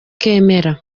kemera